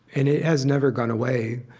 and it has never gone away.